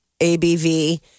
ABV